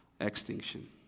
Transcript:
extinction